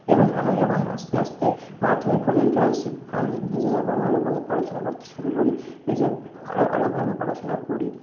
এবং আমি যখন আস্তে আস্তে মাধ্যমিক পর্যন্ত আসি আমি নিজে আবার ভালোভাবে পড়াশোনা করতে শুরু করি নিজে আরো আরো ভালো পড়াশোনা করি